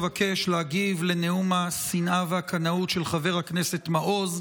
אבקש להגיב על נאום השנאה והקנאות של חבר הכנסת מעוז.